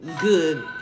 good